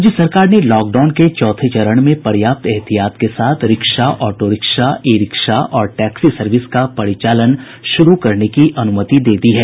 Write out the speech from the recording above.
राज्य सरकार ने लॉकडाउन के चौथे चरण में पर्याप्त एहतियात के साथ rickshaw auto rickshaw e rickshaw और टैक्सी सर्विस का परिचालन शुरू करने की अनुमति दे दी है